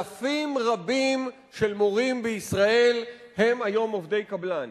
אלפים רבים של מורים בישראל הם היום עובדי קבלן.